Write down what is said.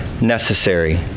necessary